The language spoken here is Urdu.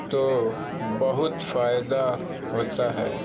تو بہت فائدہ ہوتا ہے